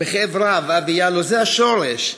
רב אבי ילאו, זה השורש.